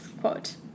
quote